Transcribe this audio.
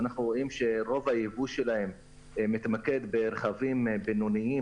אנחנו רואים שרוב הייבוא שלהם מתמקד ברכבים בינוניים,